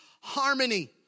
harmony